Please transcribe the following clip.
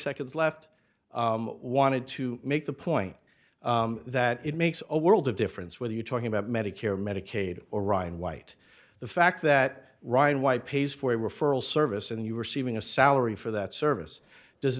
seconds left i wanted to make the point that it makes a world of difference whether you're talking about medicare medicaid or ryan white the fact that ryan white pays for a referral service and you were saving a salary for that service does